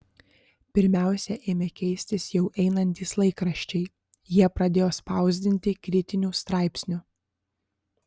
pirmiausia ėmė keistis jau einantys laikraščiai jie pradėjo spausdinti kritinių straipsnių